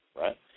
right